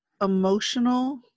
emotional